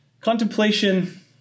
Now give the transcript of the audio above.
contemplation